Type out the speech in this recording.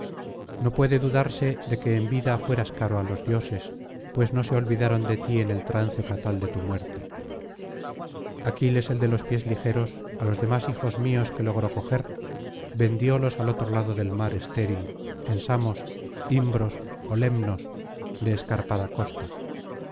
no puede dudarse de que en vida fueras caro á los dioses pues no se olvidaron de ti en el trance fatal de tu muerte aquiles el de los pies ligeros á los demás hijos míos que logró coger vendiólos al otro lado del mar estéril en samos imbros ó lemnos de escarpada costa